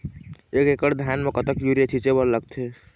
एक एकड़ धान म कतका यूरिया छींचे बर लगथे?